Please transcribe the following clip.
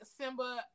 Simba